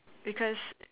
because